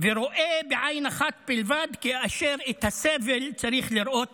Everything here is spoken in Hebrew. ורואה בעין אחת בלבד, כאשר את הסבל צריך לראות